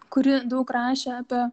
kuri daug rašė apie